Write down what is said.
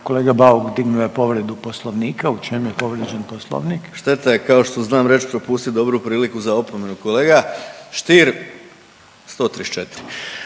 kolega Bauk dignuo je povredu Poslovnika. U čemu je povrijeđen Poslovnik? **Bauk, Arsen (SDP)** Šteta je kao što znam reći propustiti dobru priliku za opomenu. Kolega Stier,